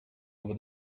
over